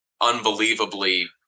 unbelievably